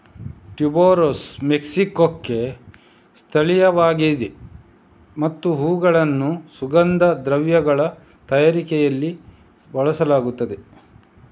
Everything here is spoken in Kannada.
ಟ್ಯೂಬೆರೋಸ್ ಮೆಕ್ಸಿಕೊಕ್ಕೆ ಸ್ಥಳೀಯವಾಗಿದೆ ಮತ್ತು ಹೂವುಗಳನ್ನು ಸುಗಂಧ ದ್ರವ್ಯಗಳ ತಯಾರಿಕೆಯಲ್ಲಿ ಬಳಸಲಾಗುತ್ತದೆ